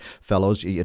fellows